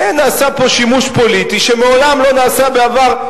נעשה פה שימוש פוליטי שמעולם לא נעשה בעבר.